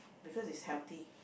because it's healthy